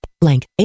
blank